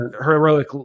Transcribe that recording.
heroic